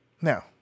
Now